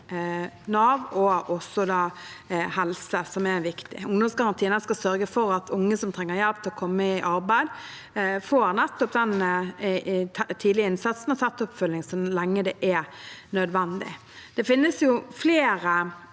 Nav og også helsetjenesten, som er viktig. Ungdomsgarantien skal sørge for at unge som trenger hjelp til å komme i arbeid, får nettopp den tidlige innsatsen med tett oppfølging så lenge det er nødvendig. Det finnes flere